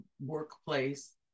workplace